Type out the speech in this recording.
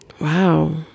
Wow